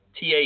TA